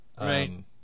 Right